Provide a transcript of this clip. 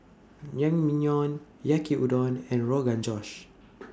Naengmyeon Yaki Udon and Rogan Josh